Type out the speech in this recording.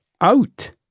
out